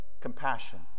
compassion